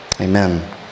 Amen